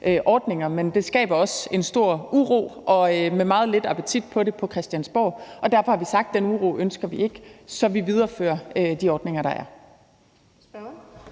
men det skaber en stor uro og derfor også meget lidt appetit på det på Christiansborg. Og derfor har vi sagt, at den uro ønsker vi ikke, så vi viderefører de ordninger, der er.